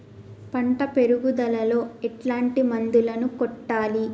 పంట పెరుగుదలలో ఎట్లాంటి మందులను కొట్టాలి?